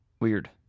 Weird